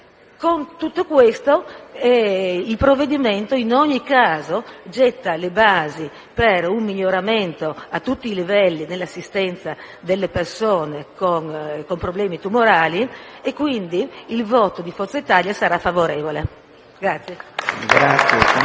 realtà concreta. Il provvedimento in ogni caso getta le basi per un miglioramento a tutti i livelli nell'assistenza delle persone con problemi tumorali, quindi il voto di Forza Italia sarà favorevole. *(Applausi